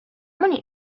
many